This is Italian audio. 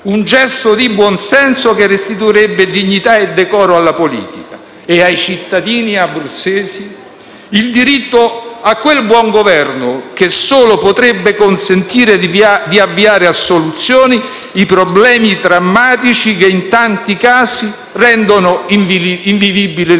un gesto di buonsenso che restituirebbe dignità e decoro alla politica e ai cittadini abruzzesi il diritto a quel buon Governo che solo potrebbe consentire di avviare a soluzione i problemi drammatici che in tanti casi rendono invivibile la